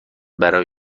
برای